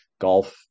golf